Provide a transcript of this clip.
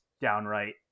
downright